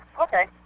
okay